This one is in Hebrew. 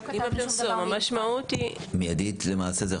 זה יכול להיות מיידית, למעשה?